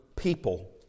people